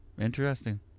Interesting